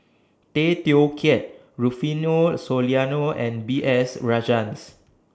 Tay Teow Kiat Rufino Soliano and B S Rajhans